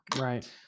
Right